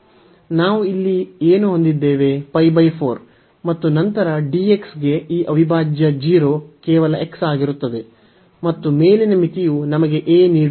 ನಾವು ಇಲ್ಲಿ ಏನು ಹೊಂದಿದ್ದೇವೆ π 4 ಮತ್ತು ನಂತರ dxಗೆ ಈ ಅವಿಭಾಜ್ಯ 0 ಕೇವಲ x ಆಗಿರುತ್ತದೆ ಮತ್ತು ಮೇಲಿನ ಮಿತಿಯು ನಮಗೆ a ನೀಡುತ್ತದೆ